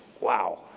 Wow